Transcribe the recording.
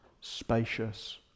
spacious